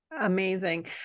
Amazing